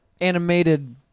animated